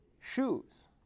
shoes